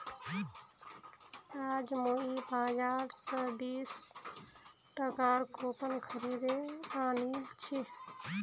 आज मुई बाजार स बीस टकार कूपन खरीदे आनिल छि